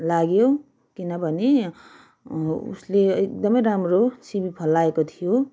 लाग्यो किनभने उसले एकदमै राम्रो सिमी फलाएको थियो